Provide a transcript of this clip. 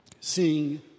Seeing